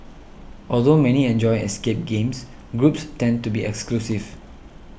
although many enjoy escape games groups tend to be exclusive